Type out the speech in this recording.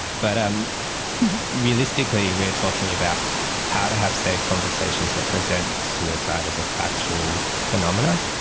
but um realistically we are talking about how to have safe conversations that present suicide as a factual phenomena,